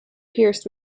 pierced